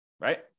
Right